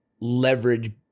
leverage